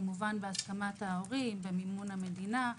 כמובן בהסכמת ההורים ובמימון המדינה.